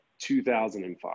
2005